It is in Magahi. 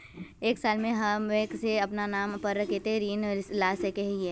एक साल में हम बैंक से अपना नाम पर कते ऋण ला सके हिय?